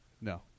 No